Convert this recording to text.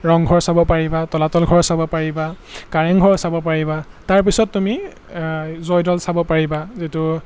ৰংঘৰ চাব পাৰিবা তলাতল ঘৰ চাব পাৰিবা কাৰেংঘৰ চাব পাৰিবা তাৰপিছত তুমি জয়দৌল চাব পাৰিবা যিটো